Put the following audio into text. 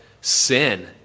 sin